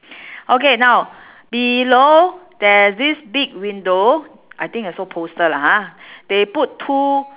okay now below there's this big window I think I saw poster lah ha they put two